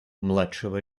младшего